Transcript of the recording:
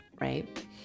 right